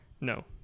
No